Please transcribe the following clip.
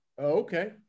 Okay